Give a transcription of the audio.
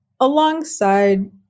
alongside